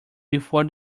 before